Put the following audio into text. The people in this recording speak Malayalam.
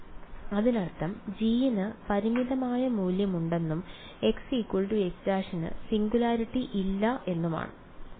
വിദ്യാർത്ഥി അതിനർത്ഥം G ന് പരിമിതമായ മൂല്യമുണ്ടെന്നും x x′ ന് സിങ്കുലാരിറ്റി ഇല്ല എന്നാണോ